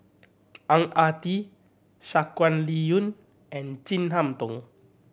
Ang Ah Tee Shangguan Liuyun and Chin Harn Tong